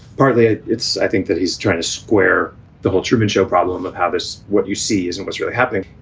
partly it's i think that he's trying to square the whole truman show problem of how this what you see isn't what's really happening.